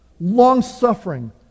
long-suffering